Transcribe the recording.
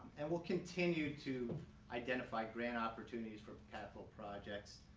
and will continue to identify grant opportunities for capital projects.